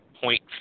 point